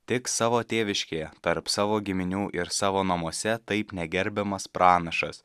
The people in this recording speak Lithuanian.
tik savo tėviškėje tarp savo giminių ir savo namuose taip negerbiamas pranašas